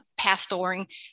pastoring